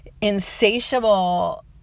insatiable